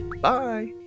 Bye